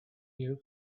you